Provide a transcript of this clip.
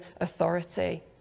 authority